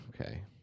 Okay